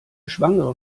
schwangere